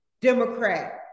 Democrat